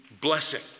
blessing